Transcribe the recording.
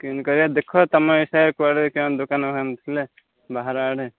କେମିତି କରିଆ ଦେଖ ତୁମ ହିସାବରେ କୁଆଡ଼େ କେନ ଦୋକାନ ଫୋକାନ ଥିଲେ ବାହାର ଆଡ଼େ